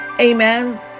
Amen